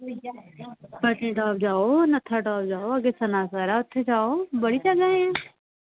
पत्नीटॉप जाओ नत्थाटॉप जाओ अग्गें सनासर ऐ उत्थें जाओ बड़ी जगह ऐ